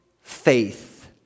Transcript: faith